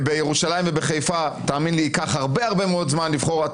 בירושלים ובחיפה תאמין לי ייקח הרבה הרבה מאוד זמן לבחור.